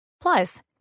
Plus